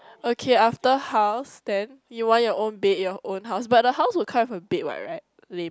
okay after house then you want your own bed your own house but the house will come with a bed what right lame